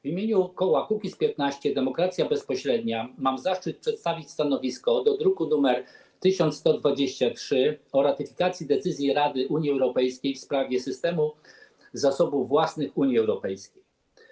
W imieniu koła Kukiz’15 - Demokracja Bezpośrednia mam zaszczyt przedstawić stanowisko dotyczące druku nr 1123 o ratyfikacji decyzji Rady Unii Europejskiej w sprawie systemu zasobów własnych Unii Europejskiej.